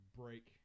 break